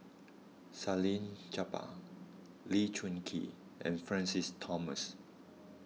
Salleh Japar Lee Choon Kee and Francis Thomas